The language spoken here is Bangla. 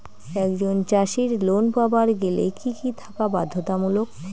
একজন চাষীর লোন পাবার গেলে কি কি থাকা বাধ্যতামূলক?